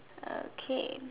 okay